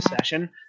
session